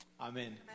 amen